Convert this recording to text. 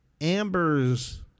Amber's